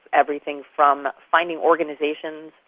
everything from finding organisations,